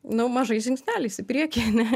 nu mažais žingsneliais į priekį ane